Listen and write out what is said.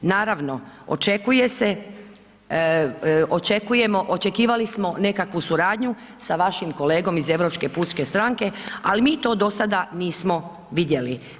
Naravno, očekuje se, očekujemo, očekivali smo nekakvu suradnju sa vašim kolegom iz Europske pučke stranke, ali mi to do sada nismo vidjeli.